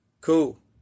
Cool